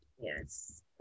Yes